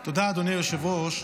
תודה, אדוני היושב-ראש.